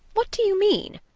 what do you mean?